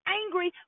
angry